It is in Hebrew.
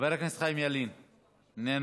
חבר הכנסת חיים ילין, איננו,